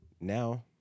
Now